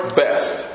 best